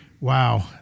Wow